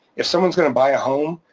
if someone's gonna buy a home,